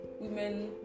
women